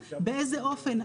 באיזה אופן,